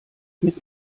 mit